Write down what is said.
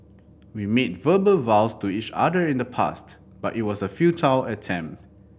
we made verbal vows to each other in the past but it was a futile attempt